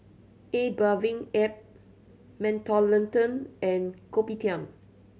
A Bathing Ape Mentholatum and Kopitiam